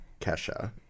Kesha